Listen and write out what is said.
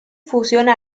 fusiona